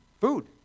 food